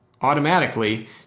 automatically